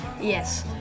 Yes